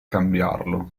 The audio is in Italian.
cambiarlo